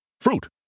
Fruit